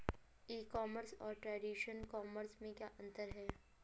ई commerce और traditional commerce में क्या अंतर है?